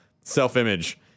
self-image